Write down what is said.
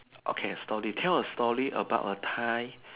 okay story tell a story about a time